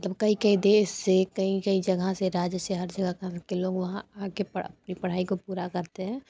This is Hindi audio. तब कई कई देश से कई कई जगह से राज्य से हर जगह के लोग वहाँ आके पढ़ा अपनी पढ़ाई को पूरा करते हैं